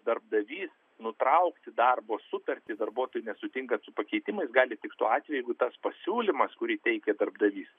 darbdavys nutraukti darbo sutartį darbuotojui nesutinkant su pakeitimais gali tik tuo atveju jeigu tas pasiūlymas kurį teikia darbdavys